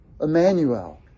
Emmanuel